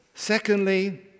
Secondly